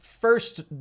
first